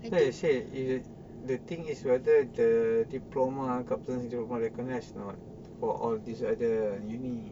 like I said if the the thing is whether the diploma kaplan diploma is recognised or not for all of these other uni